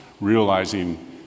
realizing